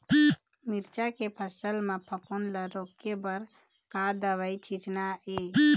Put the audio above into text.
मिरचा के फसल म फफूंद ला रोके बर का दवा सींचना ये?